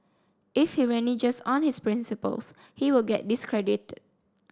if he reneges on his principles he will get discredited